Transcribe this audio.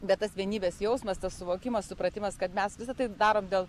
bet tas vienybės jausmas tas suvokimas supratimas kad mes visa tai darom dėl